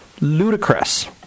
Ludicrous